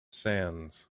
sands